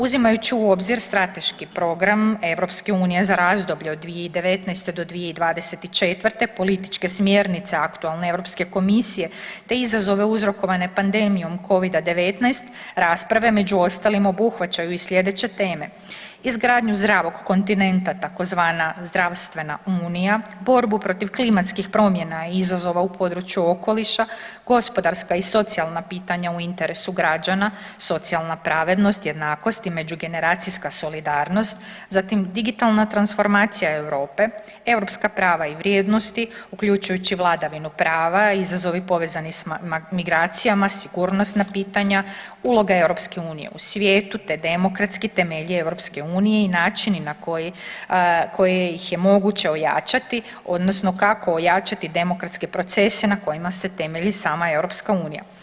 Uzimajući u obzir strateški program Europska unija za razdoblje od 2019. do 2024. političke smjernice aktualne Europske komisije te izazove uzrokovane pandemijom Covid-19 rasprave među ostalima obuhvaćaju i sljedeće teme: izgradnju zdravog kontinenta tzv. zdravstvena unija, borbu protiv klimatskih promjena i izazova u području okoliša, gospodarska i socijalna pitanja u interesu građana, socijalna pravednost, jednakost i međugeneracijska solidarnost, zatim digitalna transformacija Europe, europska prava i vrijednosti uključujući vladavinu prava, izazovi povezani s migracijama, sigurnosna pitanja, uloga Europske unije u svijetu te demokratski temelji Europske unije i načini na koje ih je moguće ojačati odnosno kako ojačati demokratske procese na kojima se temelji sama Europska unija.